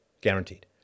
Guaranteed